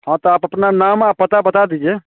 हाँ तो आप अपना नाम पता बात दीजिए